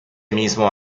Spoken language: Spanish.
mismo